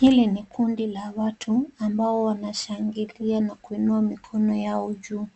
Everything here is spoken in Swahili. Hili ni kundi la watu ambao wanashangilia na kuinua mikono yao juu,